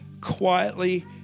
quietly